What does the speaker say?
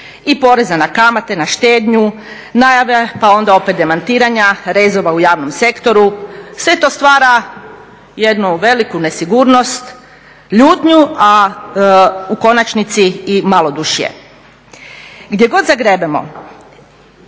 i poreza na kamate, na štednju, najave pa onda demantiranja rezova u javnom sektoru. Sve to stvara jednu veliku nesigurnost, ljutnju, a u konačnici i malodušje. Gdje god zagrebemo